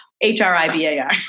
H-R-I-B-A-R